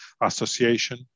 association